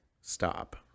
Stop